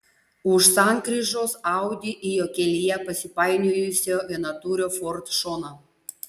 už sankryžos audi į jo kelyje pasipainiojusio vienatūrio ford šoną